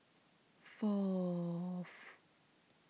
fourth